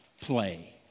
play